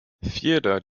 theodore